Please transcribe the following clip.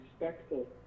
respectful